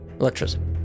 electricity